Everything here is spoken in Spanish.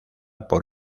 por